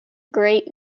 great